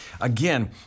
again